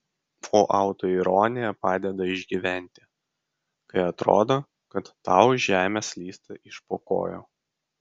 o autoironija padeda išgyventi kai atrodo kad tau žemė slysta iš po kojų